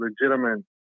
legitimate